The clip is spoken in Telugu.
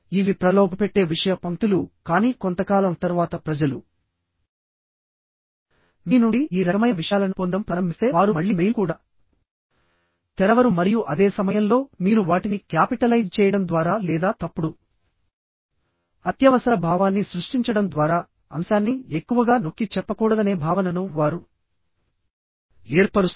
ఇవి ప్రలోభపెట్టే విషయ పంక్తులు కానీ కొంతకాలం తర్వాత ప్రజలు మీ నుండి ఈ రకమైన విషయాలను పొందడం ప్రారంభిస్తే వారు మళ్ళీ మెయిల్ కూడా తెరవరు మరియు అదే సమయంలో మీరు వాటిని క్యాపిటలైజ్ చేయడం ద్వారా లేదా తప్పుడు అత్యవసర భావాన్ని సృష్టించడం ద్వారా అంశాన్ని ఎక్కువగా నొక్కి చెప్పకూడదనే భావనను వారు ఏర్పరుస్తారు